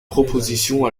proposition